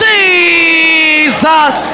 Jesus